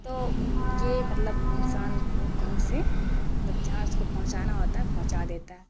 تو یہ مطلب انسان کو کہیں سے مطلب جہاں اس کو پہنچانا ہوتا ہے پہنچا دیتا ہے